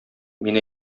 мин